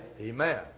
Amen